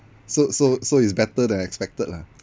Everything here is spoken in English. so so so it's better than expected lah